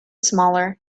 smaller